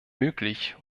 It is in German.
möglich